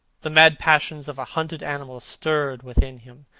the mad passions of a hunted animal stirred within him,